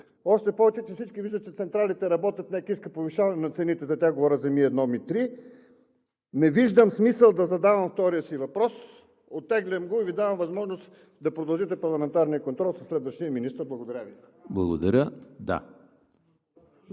още повече че всички виждат, че централите работят, НЕК иска повишаване на цените, за тях говоря – за МИ-1 и МИ-3, не виждам смисъл да задавам втория си въпрос. Оттеглям го и Ви давам възможност да продължите парламентарния контрол със следващия министър. Благодаря Ви. ПРЕДСЕДАТЕЛ